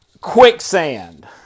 quicksand